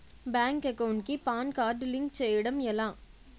Bank account కి PAN card link చేయడం ఎలా?